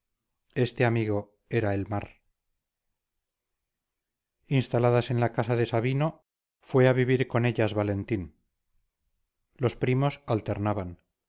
este amigo era el mar instaladas en la casa de sabino fue a vivir con ellas valentín los primos alternaban